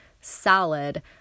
salad